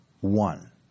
one